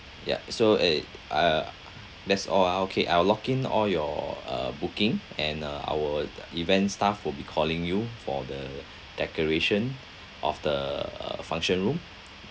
yeah so eh uh that's all ah okay I will lock in all your uh booking and uh our event staff will be calling you for the decoration of the uh function room